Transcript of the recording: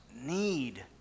need